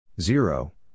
Zero